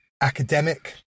academic